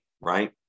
right